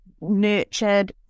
nurtured